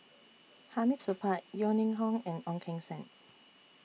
Hamid Supaat Yeo Ning Hong and Ong Keng Sen